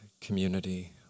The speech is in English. community